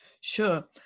Sure